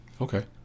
okay